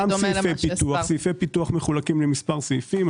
סעיפי פיתוח מחולקים למספר סעיפים.